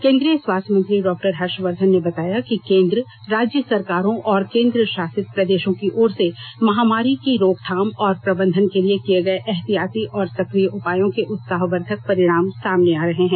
केन्द्रीय स्वास्थ्य मंत्री डॉक्टर हर्षवर्धन ने बताया कि केन्द्र राज्य सरकारों और केन्द्र शासित प्रदेशों की ओर से महामारी की रोकथाम और प्रबंधन के लिए किए गए ऐहतिहाती और सक्रिय उपायों के उत्साहवर्द्वक परिणाम सामने आ रहे हैं